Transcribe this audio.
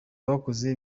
bakoze